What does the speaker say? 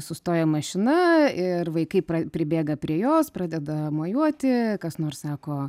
sustoja mašina ir vaikai pribėga prie jos pradeda mojuoti kas nors sako